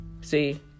See